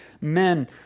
men